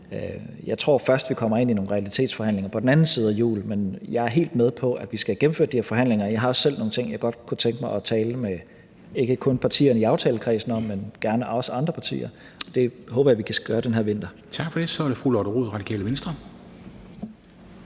Jeg tror først, at vi kommer ind i nogle realitetsforhandlinger på den anden side af jul, men jeg er helt med på, at vi skal have gennemført de her forhandlinger, og jeg har også selv nogle ting, jeg godt kunne tænke mig at tale med ikke kun partierne i aftalekredsen, men også gerne andre partier, om. Det håber jeg vi kan gøre den her vinter. Kl. 13:37 Formanden (Henrik Dam Kristensen):